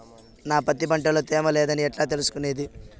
నా పత్తి పంట లో తేమ లేదని ఎట్లా తెలుసుకునేది?